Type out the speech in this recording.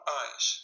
eyes